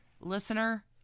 listener